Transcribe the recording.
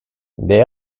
they